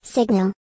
Signal